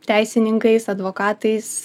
teisininkais advokatais